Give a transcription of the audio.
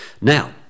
Now